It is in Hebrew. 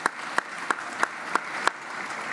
(מחיאות כפיים)